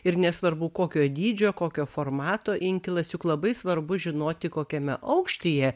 ir nesvarbu kokio dydžio kokio formato inkilas juk labai svarbu žinoti kokiame aukštyje